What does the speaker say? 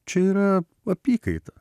čia yra apykaita